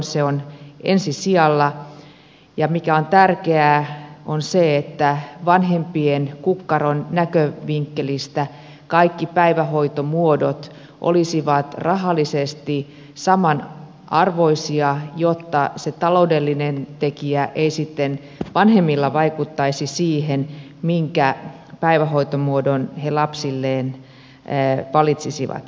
se on ensi sijalla ja se mikä on tärkeää on se että vanhempien kukkaron näkövinkkelistä kaikki päivähoitomuodot olisivat rahallisesti saman arvoisia jotta se taloudellinen tekijä ei sitten vanhemmilla vaikuttaisi siihen minkä päivähoitomuodon he lapsilleen valitsisivat